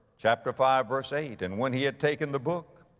chapter five verse eight, and when he had taken the book,